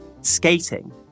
Skating